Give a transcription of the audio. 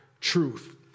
truth